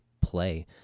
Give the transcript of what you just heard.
play